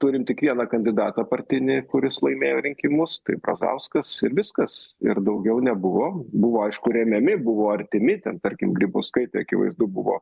turim tik vieną kandidatą partinį kuris laimėjo rinkimus tai brazauskas ir viskas ir daugiau nebuvo buvo aišku remiami buvo artimi ten tarkim grybauskaitė akivaizdu buvo